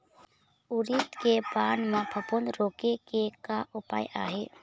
उरीद के पान म फफूंद रोके के का उपाय आहे?